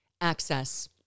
access